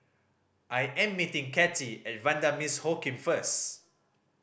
I am meeting Cathi at Vanda Miss Joaquim first